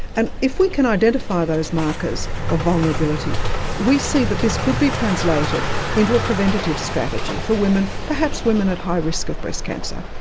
and if we can identify those markers of vulnerability we see that this could be translated into a preventative strategy for perhaps women at high risk of breast cancer.